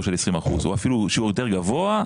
של 20 אחוזים או אפילו שיעור יותר גבוה,